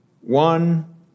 one